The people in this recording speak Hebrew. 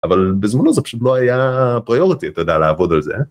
אבל בזמנו זה פשוט לא היה פריורטי אתה יודע לעבוד על זה.